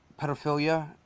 pedophilia